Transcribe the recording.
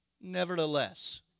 nevertheless